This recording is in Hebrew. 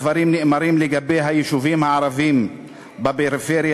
הדברים נאמרים לגבי היישובים הערביים בפריפריה,